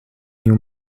new